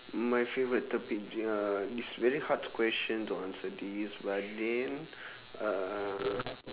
my favourite topic uh it's very hard question to answer this but then uh